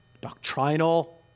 doctrinal